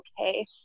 okay